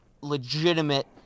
legitimate